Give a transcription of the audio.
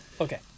Okay